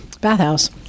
bathhouse